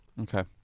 Okay